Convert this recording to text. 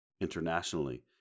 internationally